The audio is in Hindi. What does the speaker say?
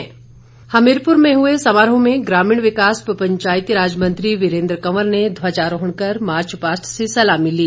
हुमीरपुर समारोह हमीरपुर में हए समारोह में ग्रामीण विकास व पंचायती राज मंत्री वीरेन्द्र कंवर ने ध्वजारोहण कर मार्च पास्ट से सलामी ली